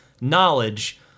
knowledge